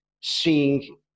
seeing